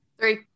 three